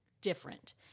different